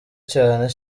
cyane